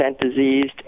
diseased